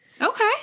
Okay